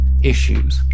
issues